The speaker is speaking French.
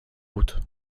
route